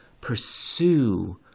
pursue